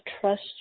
trust